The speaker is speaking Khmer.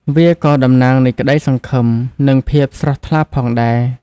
វាក៏តំណាងនៃក្តីសង្ឃឹម និងភាពស្រស់ថ្លាផងដែរ។